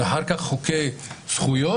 ואחר כך חוקי זכויות.